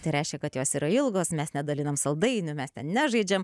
tai reiškia kad jos yra ilgos mes nedalinam saldainių mes ten nežaidžiam